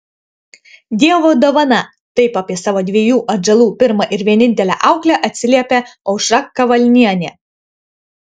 dievo dovana taip apie savo dviejų atžalų pirmą ir vienintelę auklę atsiliepia aušra kavalnienė